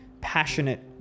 passionate